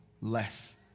less